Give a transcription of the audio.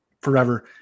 Forever